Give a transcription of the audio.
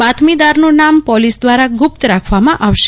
બાતમીદારનું નામ પોલીસ દ્રારા ગુપ્ત રાખવામાં આવશે